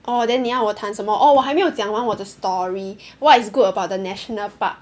oh then 你要我谈什么 orh 我还没有讲完我的 story what is good about the national park